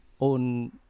own